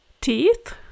teeth